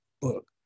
book